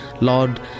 Lord